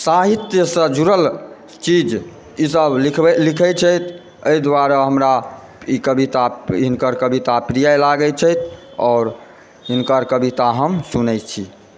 साहित्यसँ जुड़ल चीज ईसभ लिखबै लिखैत छथि एहि दुआरे हमरा ई कविता हिनकर कविता प्रिय लगैत छथि आओर हिनकर कविता हम सुनैत छी